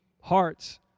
hearts